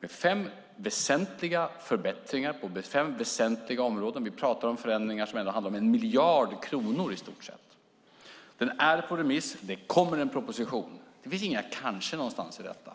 med fem väsentliga förbättringar på fem väsentliga områden. Vi pratar om förändringar som handlar om 1 miljard kronor i stort sett. De är på remiss, och det kommer en proposition. Det finns inga "kanske" någonstans i detta.